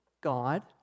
God